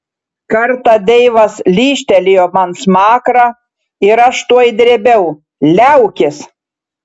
kartą deivas lyžtelėjo man smakrą ir aš tuoj drėbiau liaukis